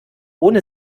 ohne